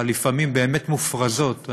הלפעמים-מופרזות באמת.